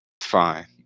Fine